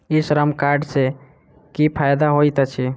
ई Shram card सँ की फायदा होइत अछि?